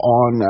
on